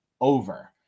over